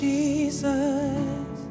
Jesus